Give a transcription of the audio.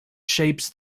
shapes